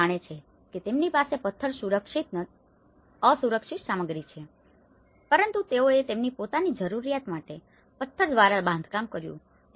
તેઓ જાણે છે કે તેમની પાસે પથ્થર એક અસુરક્ષિત સામગ્રી છે પરંતુ તેઓએ તેમની પોતાની જરૂરિયાતો માટે પથ્થર દ્વારા બાંધકામ કર્યું છે